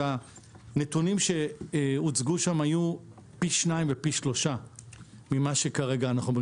והנתונים שהוצגו שם היו פי שניים ופי שלושה ממה שכרגע.